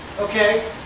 okay